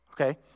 Okay